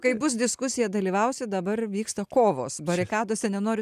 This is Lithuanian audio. kai bus diskusija dalyvausiu dabar vyksta kovos barikadose nenoriu